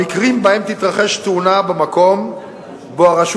במקרים שבהם תתרחש תאונה במקום שבו הרשות